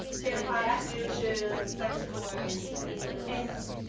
tampons, douches, sex toys penises and